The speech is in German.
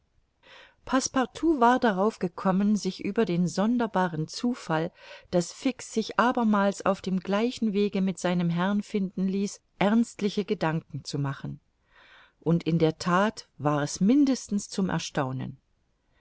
war darauf gekommen sich über den sonderbaren zufall daß fix sich abermals auf dem gleichen wege mit seinem herrn finden ließ ernstliche gedanken zu machen und in der that war es mindestens zum erstaunen